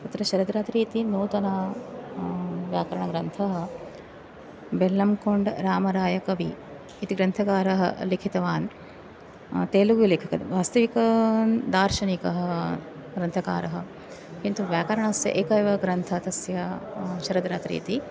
तत्र शरद्रात्रिः इति नूतनः व्याकरणग्रन्थः बेल्लं कोण्ड् रामरायकविः इति ग्रन्थकारः लिखितवान् तेलुगु लेखकः वास्तविकः दार्शनिकः ग्रन्थकारः किन्तु व्याकरणस्य एक एव ग्रन्थः तस्य शरद्रात्रिः इति